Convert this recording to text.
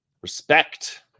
Respect